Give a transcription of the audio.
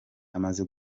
amaze